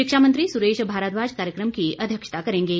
शिक्षा मंत्री सुरेश भारद्वाज कार्यक्रम की अध्यक्षता करेंगे